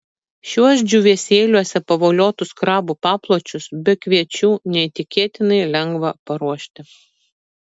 šiuos džiūvėsėliuose pavoliotus krabų papločius be kviečių neįtikėtinai lengva paruošti